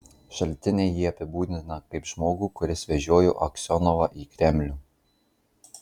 šaltiniai jį apibūdina kaip žmogų kuris vežiojo aksionovą į kremlių